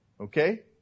Okay